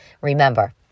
Remember